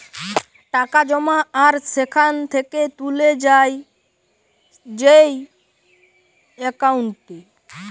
টাকা জমা আর সেখান থেকে তুলে যায় যেই একাউন্টে